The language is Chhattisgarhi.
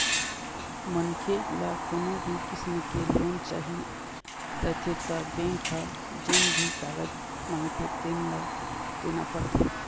मनखे ल कोनो भी किसम के लोन चाही रहिथे त बेंक ह जेन भी कागज मांगथे तेन ल देना परथे